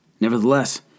Nevertheless